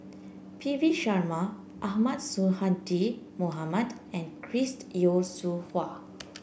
P V Sharma Ahmad Sonhadji Mohamad and Chris Yeo Siew Hua